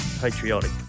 Patriotic